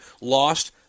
lost